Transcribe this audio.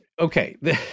okay